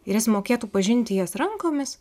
ir jis mokėtų pažinti jas rankomis